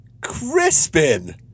Crispin